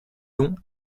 longs